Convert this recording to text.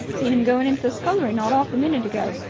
seen im going into the scullery not arf a minute ago,